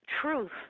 Truth